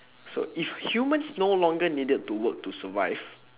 so if humans no longer needed to work to survive